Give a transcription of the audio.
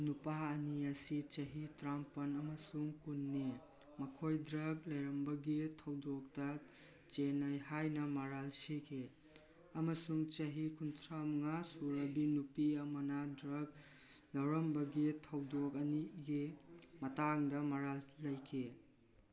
ꯅꯨꯄꯥ ꯑꯅꯤ ꯑꯁꯤ ꯆꯍꯤ ꯇꯔꯥꯃꯥꯄꯜ ꯑꯃꯁꯨꯡ ꯀꯨꯟꯅꯤ ꯃꯈꯣꯏ ꯗ꯭ꯔꯛ ꯂꯩꯔꯝꯕꯒꯤ ꯊꯧꯗꯣꯛꯇ ꯆꯦꯟꯅꯩ ꯍꯥꯏꯅ ꯃꯔꯥꯜ ꯁꯤꯈꯤ ꯑꯃꯁꯨꯡ ꯆꯍꯤ ꯀꯨꯟꯊ꯭ꯔꯥꯃꯉꯥ ꯁꯨꯔꯕꯤ ꯅꯨꯄꯤ ꯑꯃꯅ ꯗ꯭ꯔꯛ ꯂꯧꯔꯝꯕꯒꯤ ꯊꯧꯗꯣꯛ ꯑꯅꯤꯒꯤ ꯃꯇꯥꯡꯗ ꯃꯔꯥꯜ ꯂꯩꯈꯤ